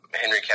Henry